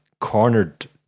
cornered